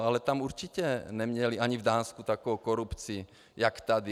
Ale tam určitě neměli, ani v Dánsku, takovou korupci jak tady.